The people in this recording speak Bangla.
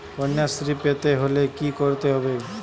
কন্যাশ্রী পেতে হলে কি করতে হবে?